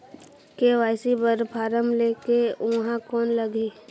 KYC बर form ले के ऊहां कौन लगही?